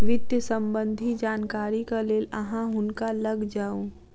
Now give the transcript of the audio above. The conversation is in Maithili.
वित्त सम्बन्धी जानकारीक लेल अहाँ हुनका लग जाऊ